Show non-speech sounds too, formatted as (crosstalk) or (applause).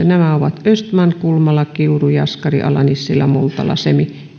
(unintelligible) nämä ovat östman kulmala kiuru jaskari ala nissilä multala semi